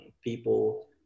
People